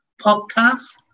podcast